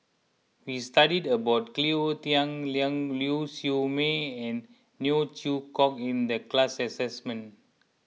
we studied about Cleo Thang Ling Siew May and Neo Chwee Kok in the class assignment